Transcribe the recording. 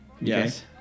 Yes